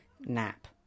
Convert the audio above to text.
nap